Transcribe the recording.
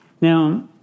Now